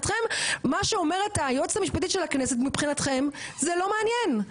מה שאומרת היועצת המשפטית של הכנסת מבחינתכם זה לא מעניין,